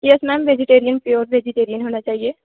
yes ma'am vegetarian pure vegetarian होना चाहिए